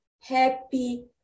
happy